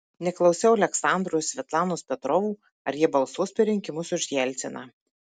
neklausiau aleksandro ir svetlanos petrovų ar jie balsuos per rinkimus už jelciną